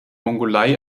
mongolei